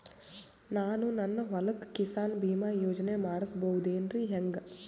ನಾನು ನನ್ನ ಹೊಲಕ್ಕ ಕಿಸಾನ್ ಬೀಮಾ ಯೋಜನೆ ಮಾಡಸ ಬಹುದೇನರಿ ಹೆಂಗ?